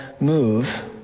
move